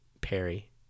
Perry